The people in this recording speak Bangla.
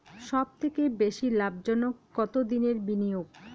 সবথেকে বেশি লাভজনক কতদিনের বিনিয়োগ?